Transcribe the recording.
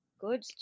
good